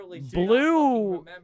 Blue